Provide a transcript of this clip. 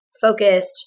focused